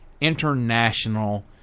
international